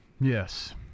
Yes